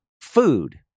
food